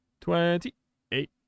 Twenty-eight